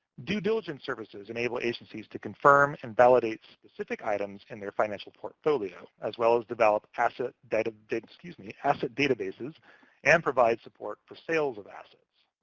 due diligence services enable agencies to confirm and validate specific items in their financial portfolio, as well as develop asset data data excuse me asset databases and provide support for sales of assets.